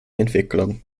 entwicklung